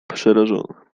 przerażona